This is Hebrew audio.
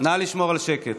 נא לשמור על שקט.